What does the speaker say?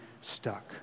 stuck